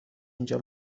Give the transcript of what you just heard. اینجا